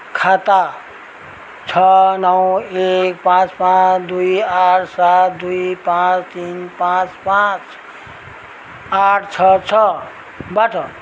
खाता छ नौ एक पाँच पाँच दुई आठ सात दुई पाँच तिन पाँच पाँच आठ छ छबाट